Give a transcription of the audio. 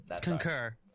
concur